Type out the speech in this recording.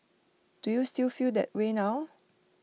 do you still feel that way now